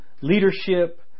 Leadership